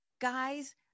guys